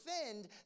defend